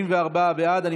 34 בעד.